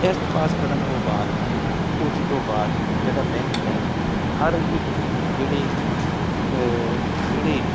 test pass ਕਰਨ ਤੋਂ ਬਾਅਦ ਉਸ ਤੋਂ ਬਾਅਦ ਜਿਹੜਾ ਬੈਂਕ ਹੈ ਹਰ ਇੱਕ ਜਿਹੜੀ ਜਿਹੜੀ